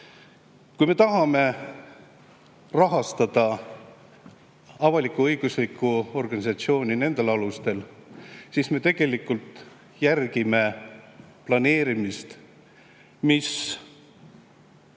Kui me tahame rahastada avalik-õiguslikku organisatsiooni nendel alustel, siis me tegelikult järgime planeerimist, mis